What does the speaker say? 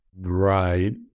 Right